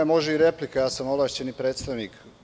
Može i replika, ja sam ovlašćeni predstavnik.